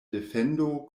defendo